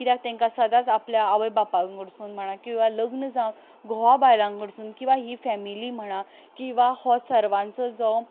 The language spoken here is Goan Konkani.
कित्याक तांकां सदांच आपल्या आवय बापाय कडसून म्हणा किंवां लग्न जावन घोवा बायलां कडसून किंवां ही फेमिली म्हणा किंवां हो सर्वांचो जो